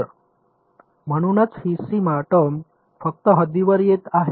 तर म्हणूनच ही सीमा टर्म फक्त हद्दीवर येत आहे